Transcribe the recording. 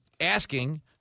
asking